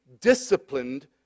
disciplined